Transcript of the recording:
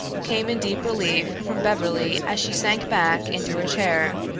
came in deep relief from beverly as she sank back into her chair.